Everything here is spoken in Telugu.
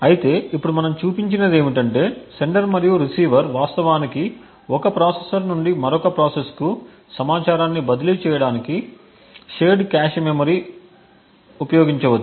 అయితే ఇప్పుడు మనం చూపించినది ఏమిటంటే సెండర్ మరియు రిసీవర్ వాస్తవానికి ఒక ప్రాసెస్ నుండి మరొక ప్రాసెస్కు సమాచారాన్ని బదిలీ చేయడానికి షేర్డ్ కాష్ మెమరీని ఉపయోగించవచ్చు